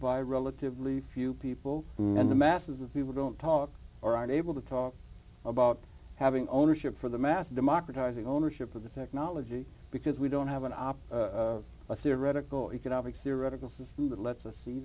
by relatively few people and the masses of people don't talk or aren't able to talk about having ownership for the mass democratizing ownership of the technology because we don't have an op a theoretical economic theoretical system that let